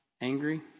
angry